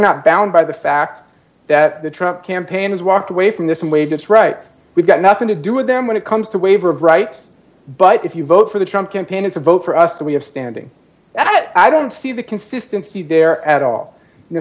not bound by the fact that the trump campaign has walked away from this way that's right we've got nothing to do with them when it comes to waiver of rights but if you vote for the trump campaign it's a vote for us that we have standing i don't see the consistency there at all